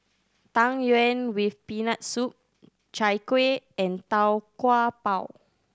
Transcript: Tang Yuen with Peanut Soup Chai Kueh and Tau Kwa Pau